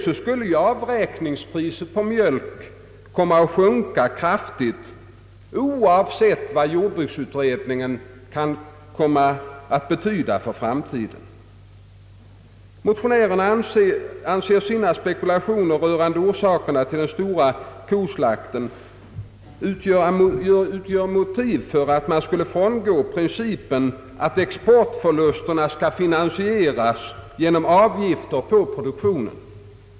slaktdjursavgifter, m.m. le avräkningspriset på mjölk komma att sjunka kraftigt oavsett vad jordbruksutredningens förslag kan komma att betyda för framtiden. Motionärerna anser sina spekulationer rörande orsakerna till utslaktningen av kor utgöra motiv för att frångå principen om att exportförlusterna skall finansieras genom avgifter på produktionen.